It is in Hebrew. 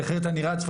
כי אחרת אני רץ.